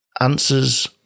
Answers